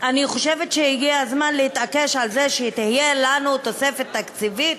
אני חושבת שהגיע הזמן להתעקש על זה שתהיה לנו תוספת תקציבית.